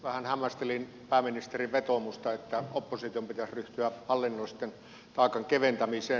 vähän hämmästelin pääministerin vetoomusta että opposition pitäisi ryhtyä hallinnollisen taakan keventämiseen